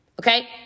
Okay